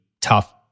tough